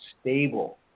stable